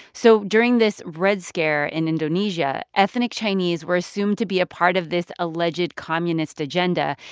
so during this red scare in indonesia, ethnic chinese were assumed to be a part of this alleged communist agenda.